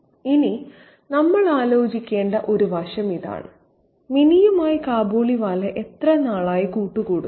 ഇനി നമ്മൾ ആലോചിക്കേണ്ട ഒരു വശം ഇതാണ് മിനിയുമായി കാബൂളിവാല എത്ര നാളായി കൂട്ടുകൂടുന്നു